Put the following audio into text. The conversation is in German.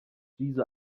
diese